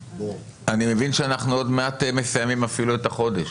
אני מבין שאנחנו עוד מעט מסיימים אפילו את החודש.